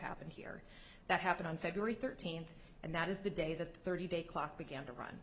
happened here that happened on february thirteenth and that is the day the thirty day clock began to run